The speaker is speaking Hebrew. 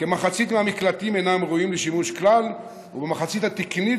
כמחצית מהמקלטים אינם ראויים לשימוש כלל ובמחצית התקנית,